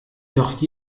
doch